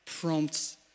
prompts